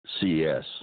CS